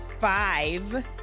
five